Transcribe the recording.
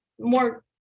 more